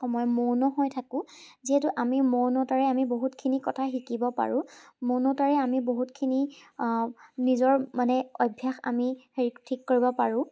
সময় মৌন হৈ থাকোঁ যিহেতু আমি মৌনতাৰে আমি বহুতখিনি কথা শিকিব পাৰোঁ মৌনতাৰে আমি বহুতখিনি নিজৰ মানে অভ্যাস আমি হেৰি ঠিক কৰিব পাৰোঁ